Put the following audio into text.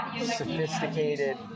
sophisticated